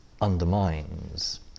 undermines